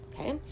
okay